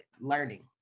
learning